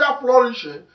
flourishing